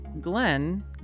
Glenn